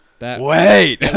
Wait